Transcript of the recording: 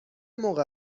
موقع